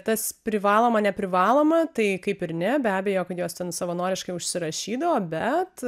tas privaloma neprivaloma tai kaip ir ne be abejo kad jos ten savanoriškai užsirašydavo bet